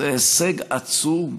זה הישג עצום.